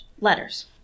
letters